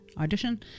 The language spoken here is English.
audition